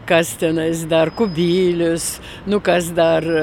kas tenais dar kubilius nu kas dar